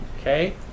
Okay